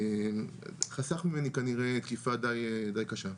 חסך ממני כנראה תקיפה די קשה.